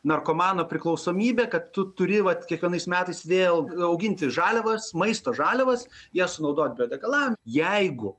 narkomano priklausomybė kad tu turi vat kiekvienais metais vėl auginti žaliavas maisto žaliavas jas sunaudot biodegalam jeigu